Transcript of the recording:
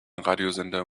radiosender